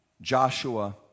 Joshua